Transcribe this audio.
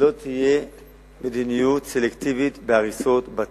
לא תהיה מדיניות סלקטיבית בהריסות בתים.